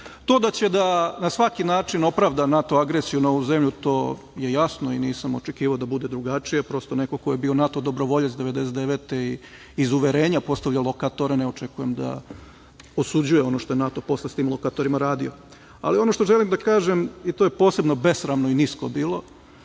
da će na svaki način opravda NATO agresiju na ovu zemlju, to je jasno i nisam očekivao da bude drugačije. Prosto, neko ko je bio NATO dobrovoljac 1999. godine i iz uverenja postavljao lokatore, ne očekujem da osuđuje ono što je NATO posle sa tim lokatorima radio. Ono što želim da kažem, i to je posebno besramno i nisko bilo,